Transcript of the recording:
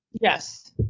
Yes